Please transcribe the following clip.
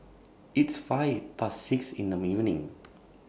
its five Past six in The evening